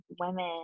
women